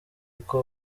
uko